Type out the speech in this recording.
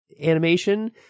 animation